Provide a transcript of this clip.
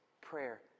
prayer